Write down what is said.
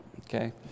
okay